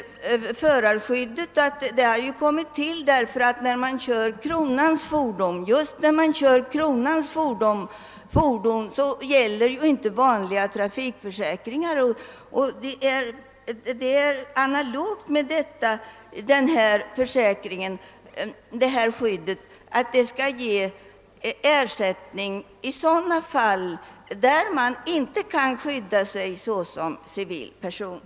Förarskyddet har ju kommit till därför att när man kör kronans fordon den vanliga trafikförsäkringen inte gäller. Nu ifrågavarande försäkring är analog med detta förarskydd på så sätt att ersättning skall utgå i sådana fall, där man inte kan skydda sig såsom civilperson.